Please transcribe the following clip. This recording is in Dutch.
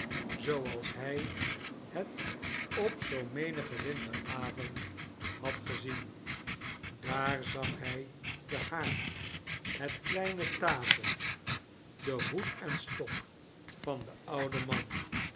zooals hij het op zoo menigen winteravond had gezien daar zag hij den haard het kleine tafeltje den hoed en stok van den ouden man